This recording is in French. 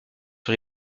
sur